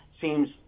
seems